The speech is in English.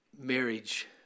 marriage